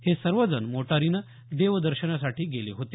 हे सर्वजण मोटारीनं देवदर्शनासाठी गेले होते